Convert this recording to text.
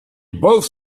both